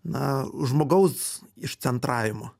na žmogaus išcentravimo